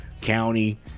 county